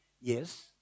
Yes